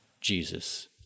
Jesus